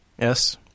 Yes